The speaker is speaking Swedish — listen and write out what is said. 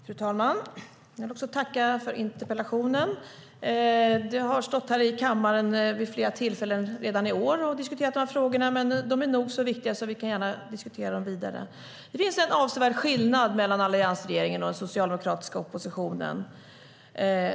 Fru talman! Jag vill också tacka för interpellationen. Jag har redan stått här i kammaren vid flera tillfällen i år och diskuterat de här frågorna, men de är nog så viktiga så vi kan gärna diskutera dem vidare. Det finns en avsevärd skillnad mellan alliansregeringen och den socialdemokratiska oppositionen.